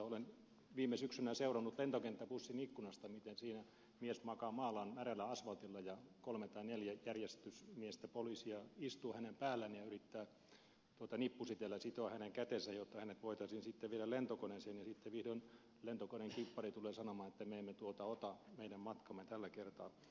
olen viime syksynä seurannut lentokenttäbussin ikkunasta miten siinä mies makaa mahallaan märällä asfaltilla ja kolme tai neljä järjestysmiestä tai poliisia istuu hänen päällään ja yrittää nippusiteillä sitoa hänen kätensä jotta hänet voitaisiin viedä lentokoneeseen ja sitten vihdoin lentokoneen kippari tulee sanomaan että me emme tuota ota meidän matkaamme tällä kertaa